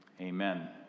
Amen